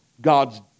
God's